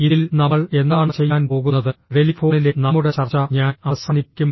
ഇതിൽ നമ്മൾ എന്താണ് ചെയ്യാൻ പോകുന്നത് ടെലിഫോണിലെ നമ്മുടെ ചർച്ച ഞാൻ അവസാനിപ്പിക്കും